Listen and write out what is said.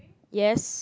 yes